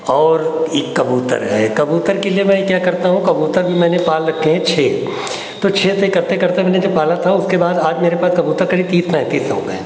और एकक कबूतर है कबूतर के लिए मैं क्या करता हूँ कबूतर भी मैंने पाल रखे हैं छह तो छह से करते करते मैंने जब पाला था उसके बाद आज मेरे पास कबूतर करीब तीस पैँतीस हो गए हैं